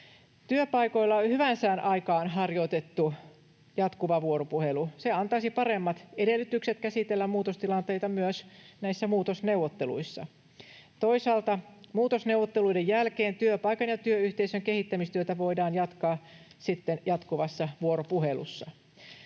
Työpaikoilla hyvän sään aikaan harjoitettu jatkuva vuoropuhelu antaisi paremmat edellytykset käsitellä muutostilanteita myös näissä muutosneuvotteluissa. Toisaalta muutosneuvotteluiden jälkeen työpaikan ja työyhteisön kehittämistyötä voidaan jatkaa sitten jatkuvassa vuoropuhelussa.